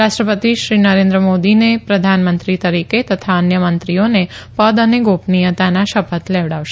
રાષ્ટ્રપતિ શ્રી નરેન્દ્ર મોદીને પ્રધાનમંત્રી તરીકે તથા અન્ય મંત્રીઓને પદ અને ગોપનીયતાના શપથ લેવડાવશે